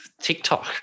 TikTok